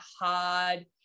hard